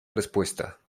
respuesta